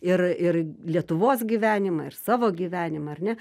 ir ir lietuvos gyvenimą ir savo gyvenimą ar ne